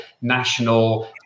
national